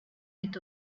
est